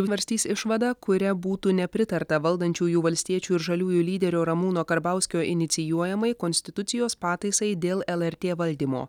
svarstys išvadą kuria būtų nepritarta valdančiųjų valstiečių ir žaliųjų lyderio ramūno karbauskio inicijuojamai konstitucijos pataisai dėl lrt valdymo